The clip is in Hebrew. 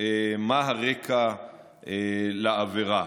מה הרקע לעבירה.